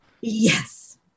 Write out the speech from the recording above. Yes